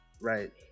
Right